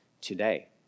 today